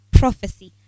prophecy